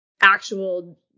actual